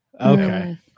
Okay